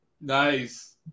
nice